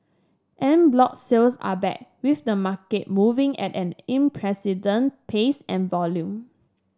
en bloc sales are back with the market moving at an pace and volume